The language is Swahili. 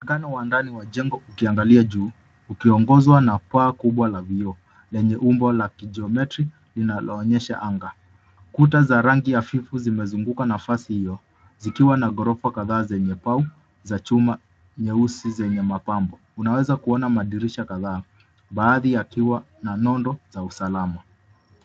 Mwonekano wa ndani wa jengo ukiangalia juu, ukiongozwa na paa kubwa la vioo, lenye umbo la kijometri, linaloonyesha anga. Kuta za rangi hafifu zimezunguka nafasi hiyo zikiwa na ghorofa kadhaa zenye pau za chuma nyeusi zenye mapambo. Unaweza kuona madirisha kadhaa, baadhi yakiwa na nondo za usalama.